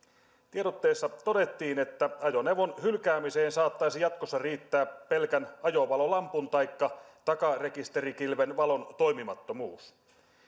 tiedotteessa todettiin että ajoneuvon hylkäämiseen saattaisi jatkossa riittää pelkän ajovalolampun taikka takarekisterikilven valon toimimattomuus